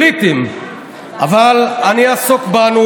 אני לא חייב.